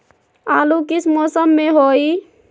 आलू किस मौसम में होई?